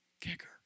kicker